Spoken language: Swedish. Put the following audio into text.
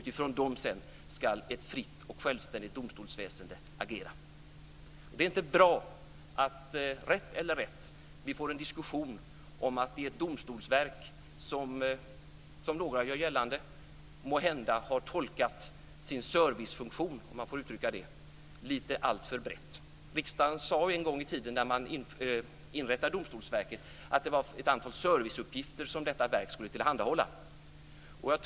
Utifrån dem ska sedan ett fritt och självständigt domstolsväsende agera. Det är inte bra - rätt eller orätt - att vi får en diskussion om att Domstolsverket, som några gör gällande, måhända har tolkat sin servicefunktion, om man får uttrycka det så, alltför brett. Riksdagen sade en gång i tiden när man inrättade Domstolsverket att det var ett antal serviceuppgifter som detta verk skulle tillhandahålla.